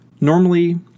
Normally